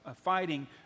fighting